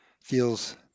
feels